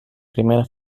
primera